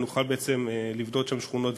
זו בעצם הדוגמה הקלאסית.